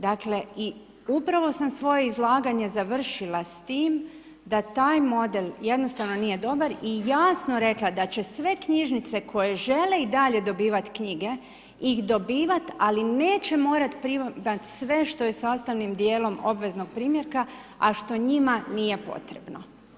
Dakle, upravo svoje izlaganje završila s time, da taj model jednostavno nije dobar i jasno rekla, da će sve knjižnice koje žele i dalje dobivati knjige ih dobivati, ali neće morati … sve što je sastavnim dijelom obveznog primjerka, a što njima nije potrebno.